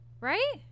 Right